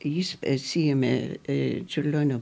jis atsiėmė e čiurlionio